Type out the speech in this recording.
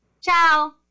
Ciao